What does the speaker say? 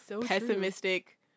pessimistic